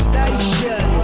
Station